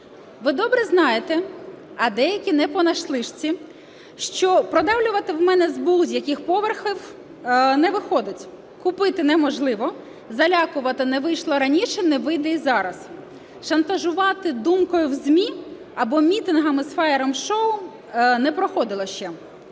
Ви добре знаєте, а деякі не понаслышке, що продавлювати мене з будь-яких поверхів не виходить, купити неможливо, залякувати не вийшло раніше, не вийде і зараз. Шантажувати думкою в ЗМІ або мітингами з фаєр-шоу – не проходило ще.